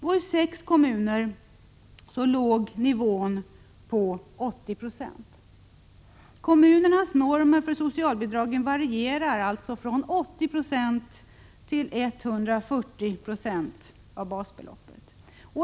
I 6 kommuner låg nivån på 80 26. Kommunernas normer för socialbidragen varierar alltså från 80 9 till 140 Z6 av basbeloppet.